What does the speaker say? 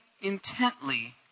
intently